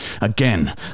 Again